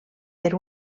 per